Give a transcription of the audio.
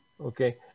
okay